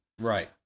Right